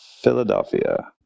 Philadelphia